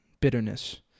bitterness